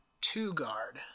two-guard